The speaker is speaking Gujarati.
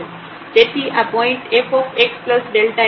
તેથી આ પોઇન્ટ fxΔx આગળ ફંકશન ની કિંમત છે